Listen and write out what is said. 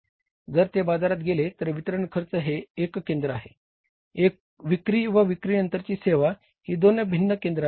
जर ते बाजारात गेले तर वितरण खर्च हे एक केंद्र आहे विक्री व विक्री नंतरची सेवा ही दोन भिन्न केंद्रे आहेत